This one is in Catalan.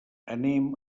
anem